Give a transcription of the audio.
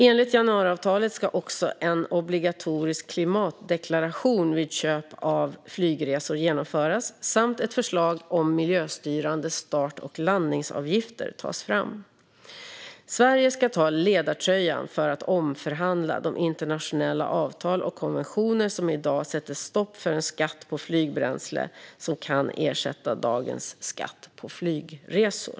Enligt januariavtalet ska också en obligatorisk klimatdeklaration vid köp av flygresor genomföras samt ett förslag om miljöstyrande start och landningsavgifter tas fram. Sverige ska ta ledartröjan för att omförhandla de internationella avtal och konventioner som i dag sätter stopp för en skatt på flygbränsle som kan ersätta dagens skatt på flygresor.